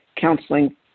counseling